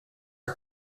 are